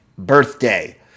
birthday